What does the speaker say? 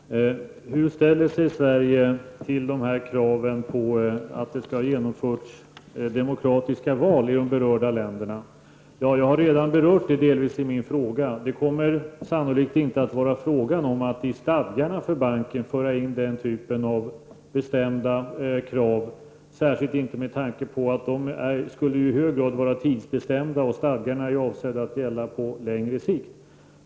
Herr talman! Hur ställer sig Sverige till kravet att det skall ha genomförts demokratiska val i de berörda länderna? Jag har redan delvis berört det i mitt svar. Det kommer sannolikt inte att bli fråga om att i stadgarna för banken föra in den typen av bestämda krav, särskilt inte med tanke på att de i hög grad skulle vara tidsbestämda, och stadgarna är avsedda att gälla på längre sikt.